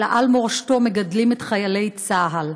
אלא על מורשתו מגדלים את חיילי צה"ל.